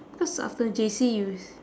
cause after J_C you is